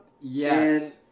Yes